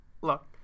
Look